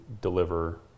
deliver